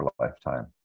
lifetime